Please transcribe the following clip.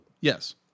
Yes